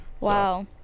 wow